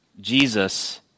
Jesus